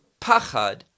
pachad